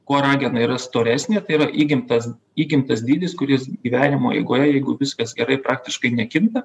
kuo ragena yra storesnė tai yra įgimtas įgimtas dydis kuris gyvenimo eigoje jeigu viskas gerai praktiškai nekinta